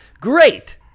Great